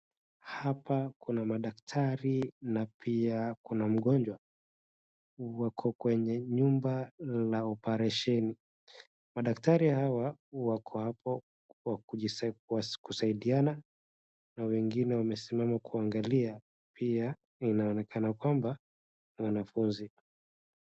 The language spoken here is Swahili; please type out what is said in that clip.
Hapa kuna madakitari na pia kuna mgonjwa. Wako kwenye nyumba la oparesheni. madakitari hawa wako hapo kwa kusaidiana na wengine wamesimama kuangalia, pia inaonekna kwamba ni wanafunzi.